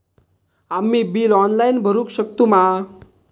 आम्ही bill online भरुक शकतू मा?